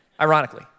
ironically